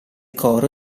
coro